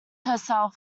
herself